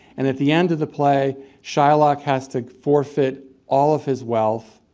and at the end of the play shylock has to forfeit all of his wealth